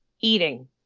eating